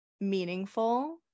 meaningful